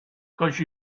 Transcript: cause